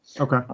Okay